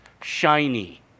shiny